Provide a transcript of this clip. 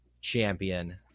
champion